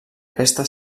aquesta